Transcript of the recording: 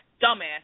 dumbass